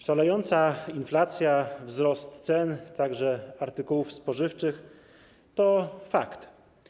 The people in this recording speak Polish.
Szalejąca inflacja, wzrost cen, także cen artykułów spożywczych, to fakt.